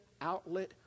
outlet